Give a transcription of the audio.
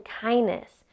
kindness